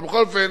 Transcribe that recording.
אבל בכל אופן,